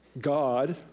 God